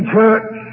Church